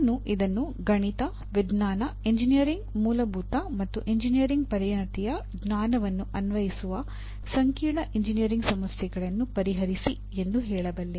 ನಾನು ಇದನ್ನು ಗಣಿತ ವಿಜ್ಞಾನ ಎಂಜಿನಿಯರಿಂಗ್ ಮೂಲಭೂತ ಮತ್ತು ಎಂಜಿನಿಯರಿಂಗ್ ಪರಿಣತಿಯ ಜ್ಞಾನವನ್ನು ಅನ್ವಯಿಸುವ ಸಂಕೀರ್ಣ ಎಂಜಿನಿಯರಿಂಗ್ ಸಮಸ್ಯೆಗಳನ್ನು ಪರಿಹರಿಸಿ ಎಂದೂ ಹೇಳಬಲ್ಲೆ